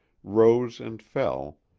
rose and fell,